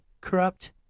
corrupt